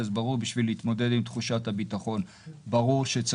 אז ברור שבשביל להתמודד עם תחושת הביטחון,